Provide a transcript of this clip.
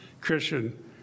Christian